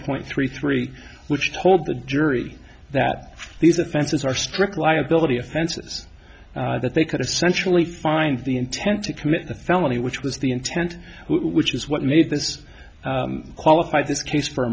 point three three which told the jury that these offenses are strict liability offenses that they could essentially find the intent to commit a felony which was the intent which is what made this qualified this case for